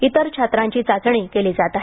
इतर छात्रा ची चाचणी केली जात आहे